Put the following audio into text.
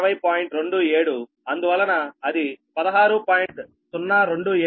27 అందువలన అది 16